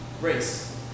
Race